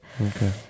okay